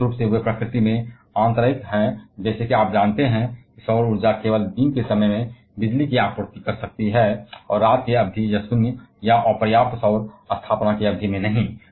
विशेष रूप से वे प्रकृति में आंतरायिक हैं जैसे कि आप जानते हैं कि सौर ऊर्जा केवल दिन के समय में बिजली की आपूर्ति कर सकती है और रात की अवधि या शून्य या अपर्याप्त सौर स्थापना की अवधि में नहीं